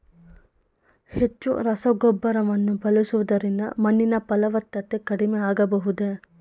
ಹೆಚ್ಚು ರಸಗೊಬ್ಬರವನ್ನು ಬಳಸುವುದರಿಂದ ಮಣ್ಣಿನ ಫಲವತ್ತತೆ ಕಡಿಮೆ ಆಗಬಹುದೇ?